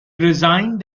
resigned